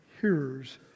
hearers